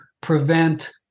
prevent